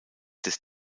des